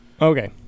Okay